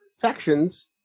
factions